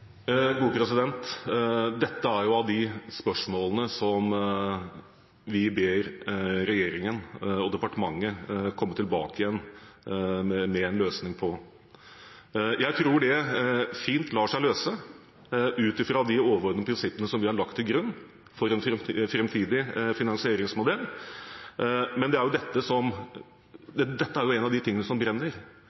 Dette er et av de spørsmålene som vi ber regjeringen og departementet om å komme tilbake igjen med en løsning på. Jeg tror det fint lar seg løse ut ifra de overordnede prinsippene vi har lagt til grunn for en framtidig finansieringsmodell. Men dette er en av de tingene som brenner, og vi er